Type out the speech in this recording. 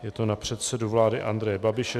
Je to na předsedu vlády Andreje Babiše.